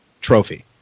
trophy